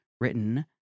written